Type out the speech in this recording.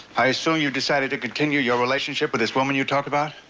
i assume you've decided to continue your relationship with this woman you talked about.